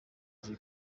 jay